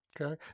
Okay